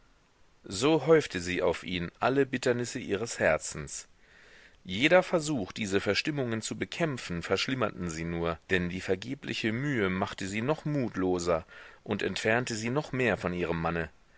so häufte sie auf ihn alle bitternisse ihres herzens jeder versuch diese verstimmungen zu bekämpfen verschlimmerten sie nur denn die vergebliche mühe machte sie noch mutloser und entfernte sie noch mehr von ihrem manne